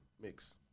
mix